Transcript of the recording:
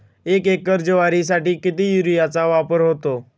एक एकर ज्वारीसाठी किती युरियाचा वापर होतो?